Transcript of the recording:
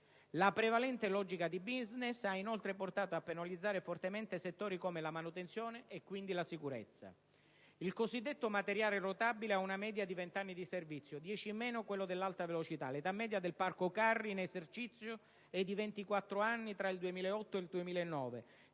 La prevalente logica di *business* ha, inoltre, portato a penalizzare fortemente settori come la manutenzione e, quindi, la sicurezza. Il cosiddetto materiale rotabile ha una media di 20 anni di servizio, 10 in meno quello dell'Alta velocità; l'età media del parco carri in esercizio è di 24 anni tra il 2008 e il 2009;